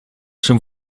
się